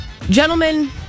Gentlemen